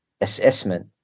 assessment